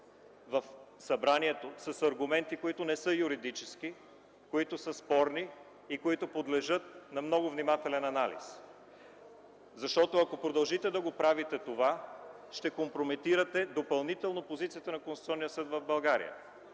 в събранието с аргументи, които не са юридически, които са спорни и които подлежат на много внимателен анализ. Защото, ако продължите да правите това, ще компрометирате допълнително позицията на Конституционния съд в България.